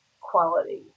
quality